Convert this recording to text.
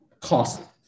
cost